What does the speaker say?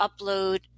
upload